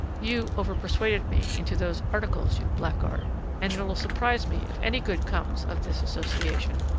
you over persuaded me into those articles, you blackguard and it'll surprise me if any good comes of this association.